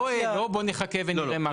לא בוא נחכה ונראה מה קורה.